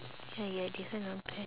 ya ya different